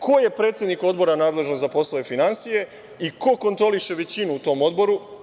Ko je predsednik Odbora nadležan za poslove finansija i ko kontroliše većinu u tom Odboru?